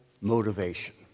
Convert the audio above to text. motivation